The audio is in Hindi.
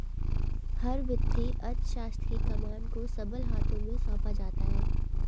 हर वित्तीय अर्थशास्त्र की कमान को सबल हाथों में सौंपा जाता है